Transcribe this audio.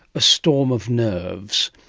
a storm of nerves.